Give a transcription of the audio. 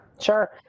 Sure